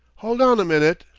hold on a minute.